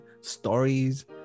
stories